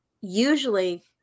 usually